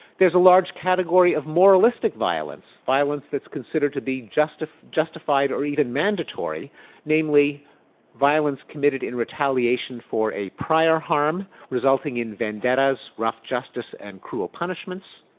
there's a large category of moralistic violence. violence that's considered to be justified or even mandatory namely violence committed in retaliation for a prior harm resulting in vendettas rough justice and cruel punishments.